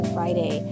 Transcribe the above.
Friday